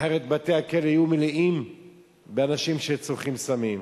אחרת בתי-הכלא יהיו מלאים באנשים שצורכים סמים.